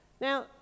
Now